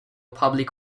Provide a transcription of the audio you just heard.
public